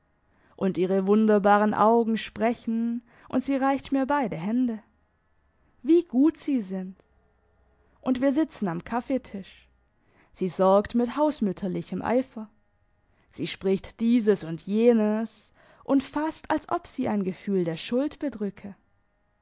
und ihre wunderbaren augen sprechen und sie reicht mir beide hände wie gut sie sind und wir sitzen am kaffeetisch sie sorgt mit hausmütterlichem eifer sie spricht dieses und jenes und fast als ob sie ein gefühl der schuld bedrücke